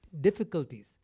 difficulties